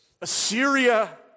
Assyria